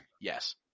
Yes